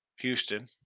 Houston